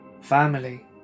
family